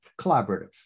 collaborative